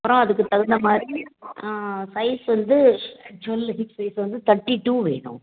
அப்புறம் அதுக்கு தகுந்த மாதிரி சைஸ் வந்து ட்வெல்லு ஹிப் சைஸு வந்து தேர்ட்டி டூ வேணும்